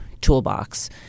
toolbox